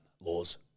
Laws